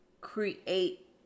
create